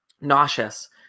nauseous